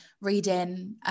reading